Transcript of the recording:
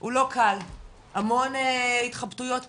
הוא לא קל, המון התחבטויות פנימיות,